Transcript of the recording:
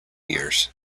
years